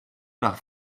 nach